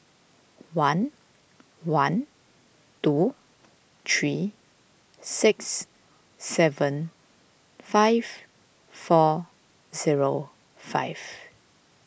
one one two three six seven five four zero five